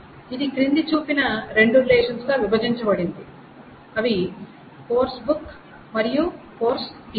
ఇది క్రింది చూపిన రెండు రిలేషన్స్ గా విభజించబడింది అవి కోర్సు బుక్ మరియు కోర్సు టీచర్